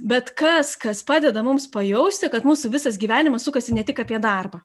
bet kas kas padeda mums pajausi kad mūsų visas gyvenimas sukasi ne tik apie darbą